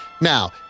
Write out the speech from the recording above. Now